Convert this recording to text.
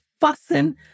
fussing